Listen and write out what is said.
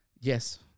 Yes